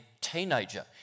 teenager